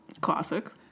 classic